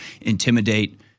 intimidate